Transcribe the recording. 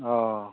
अ